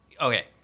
okay